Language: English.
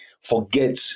forget